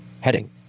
heading